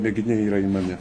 mėginiai yra imami